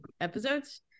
episodes